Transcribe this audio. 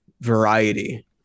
variety